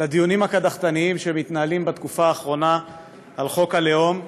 לדיונים הקדחתניים שמתנהלים בתקופה האחרונה על חוק הלאום,